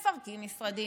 מפרקים משרדים,